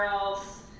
Girls